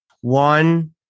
One